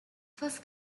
first